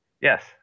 Yes